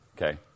Okay